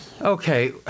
Okay